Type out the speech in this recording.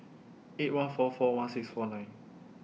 eight one four four one six four nine